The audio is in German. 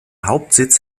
hauptsitz